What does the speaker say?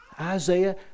Isaiah